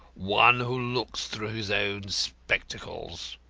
one who looks through his own spectacles.